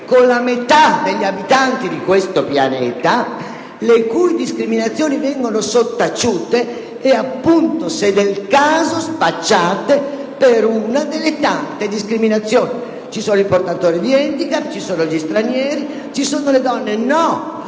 con la metà degli abitanti di questo pianeta, le cui discriminazioni vengono sottaciute e, se del caso, spacciate per una delle tante discriminazioni. Ci sono i portatori di handicap, gli stranieri, le donne. Non